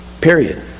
Period